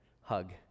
Hug